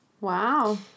Wow